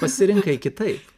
pasirinkai kitaip